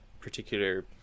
particular